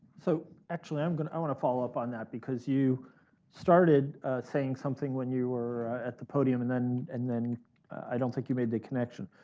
so actually, um i want to follow up on that because you started saying something when you were at the podium, and then and then i don't think you made the connection.